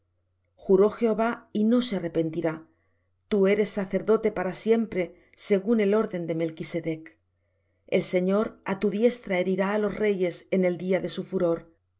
juró jehová y no se arrepentirá tú eres sacerdote para siempre según el orden de melchsedech el señor á tu diestra herirá á los reyes en el día de su furor